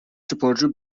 sporcu